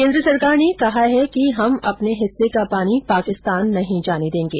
केन्द्र सरकार ने कहा है कि हम अपने हिस्से का पानी पाकिस्तान नहीं जाने देंगे